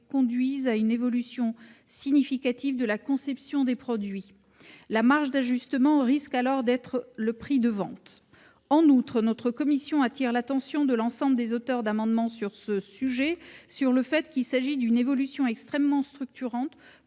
conduise à une évolution significative de la conception des produits. La marge d'ajustement risque alors d'être le prix de vente. En outre, la commission attire l'attention de l'ensemble des auteurs des amendements sur le fait qu'il s'agit d'une évolution extrêmement structurante,